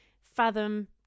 fathom